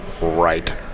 Right